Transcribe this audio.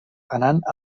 anant